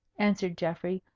answered geoffrey,